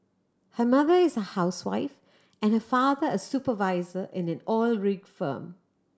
her mother is a housewife and her father a supervisor in an oil rig firm